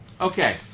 Okay